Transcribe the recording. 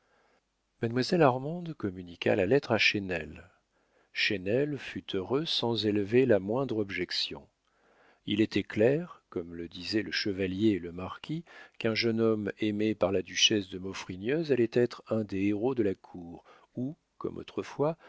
mademoiselle armande communiqua la lettre à chesnel chesnel fut heureux sans élever la moindre objection il était clair comme le disaient le chevalier et le marquis qu'un jeune homme aimé par la duchesse de maufrigneuse allait être un des héros de la cour où comme autrefois